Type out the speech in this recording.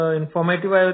informative